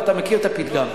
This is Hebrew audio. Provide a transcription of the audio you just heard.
ואתה מכיר את הפתגם.